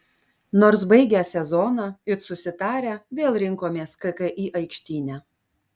nors baigę sezoną it susitarę vėl rinkomės kki aikštyne